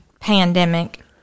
pandemic